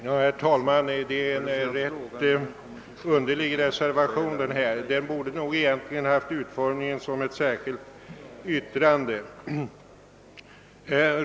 Herr talman! Det är en underlig reservation som fogats vid detta utlåtande, och den borde egentligen ha utformats som ett särskilt yttrande.